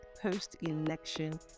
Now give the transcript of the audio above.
post-election